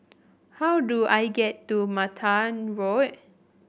how do I get to Mattar Road